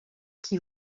qui